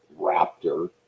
Raptor